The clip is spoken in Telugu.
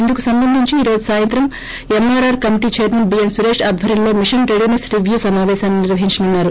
ఇందుకు సంబంధించి ఈ రోజు సాయంత్రం MRR committee chairman BN Suresh ఆధ్వర్యంలో మిషన్ రెడీసెస్ రివ్యూ ఎంఆర్ఆర్ సమాపేశం నిర్వహించనున్నారు